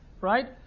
right